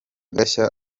agashya